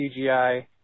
CGI